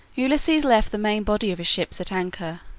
ulysses left the main body of his ships at anchor,